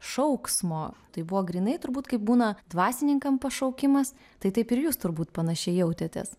šauksmo tai buvo grynai turbūt kaip būna dvasininkam pašaukimas tai taip ir jūs turbūt panašiai jautėtės